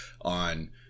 on